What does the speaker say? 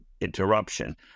interruption